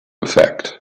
effect